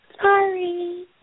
sorry